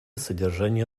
содержания